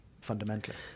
fundamentally